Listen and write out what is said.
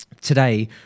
today